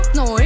no